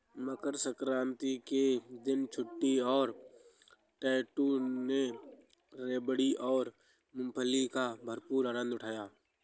मकर सक्रांति के दिन चुटकी और टैटू ने रेवड़ी और मूंगफली का भरपूर आनंद उठाया